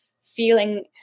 feeling